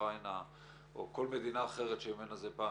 אוקראינה או כל מדינה אחרת שממנה זה בא.